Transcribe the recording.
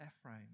Ephraim